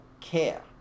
care